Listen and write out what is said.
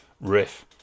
riff